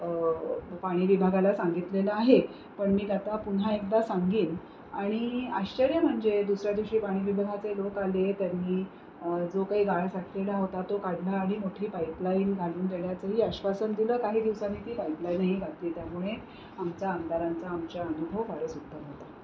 पाणी विभागाला सांगितलेलं आहे पण मी त्या ता पुन्हा एकदा सांगेन आणि आश्चर्य म्हणजे दुसऱ्या दिवशी पाणी विभागाचे लोक आले त्यांनी जो काही गाळ साठलेला होता तो काढला आणि मोठी पाईपलाईन घालून देण्याचंही आश्वासन दिलं काही दिवसांनी ती पाईपलाईनही घातली त्यामुळे आमच्या आमदारांचा आमच्या अनुभव फारच उत्तम होता